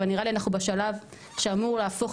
אבל נראה לי שאנחנו בשלב שאמור להפוך